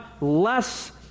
less